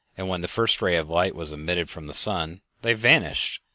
and when the first ray of light was admitted from the sun they vanished,